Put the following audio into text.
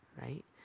right